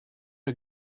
you